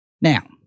Now